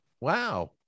Wow